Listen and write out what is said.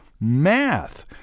math